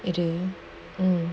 it um